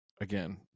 again